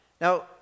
Now